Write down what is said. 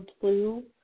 blue